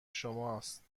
شماست